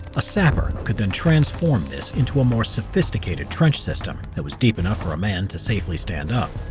a sapper could then transform this into a more sophisticated trench system that was deep enough for a man to safely stand up.